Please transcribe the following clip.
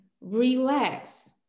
Relax